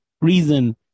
reason